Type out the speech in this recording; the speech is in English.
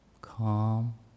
calm